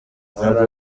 ntabwo